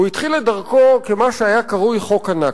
הוא התחיל את דרכו כמה שהיה קרוי חוק ה"נכבה".